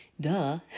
duh